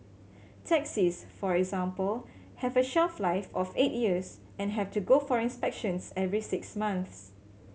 taxis for example have a shelf life of eight years and have to go for inspections every six months